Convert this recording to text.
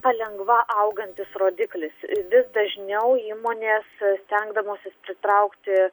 palengva augantis rodiklis vis dažniau įmonės stengdamosis pritraukti